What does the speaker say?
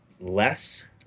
less